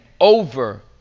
over